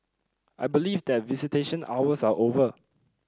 I believe that visitation hours are over